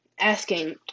asking